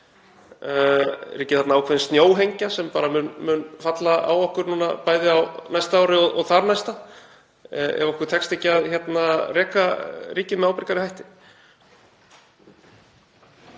ekki þarna ákveðin snjóhengja sem mun falla á okkur, bæði á næsta ári og þar næsta, ef okkur tekst ekki að reka ríkissjóð með ábyrgari hætti?